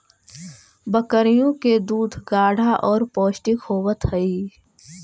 बकरियों के दूध गाढ़ा और पौष्टिक होवत हई